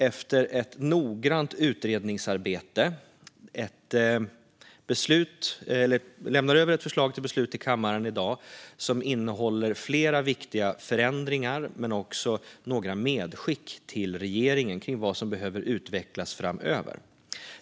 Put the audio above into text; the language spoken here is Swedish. Efter ett noggrant utredningsarbete lämnar konstitutionsutskottet i dag över ett förslag till beslut i kammaren som innehåller flera viktiga förändringar men också några medskick till regeringen om vad som behöver utvecklas framöver.